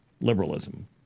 liberalism